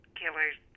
killer's